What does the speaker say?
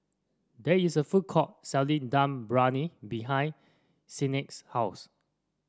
there is a food court selling Dum Briyani behind Signe's house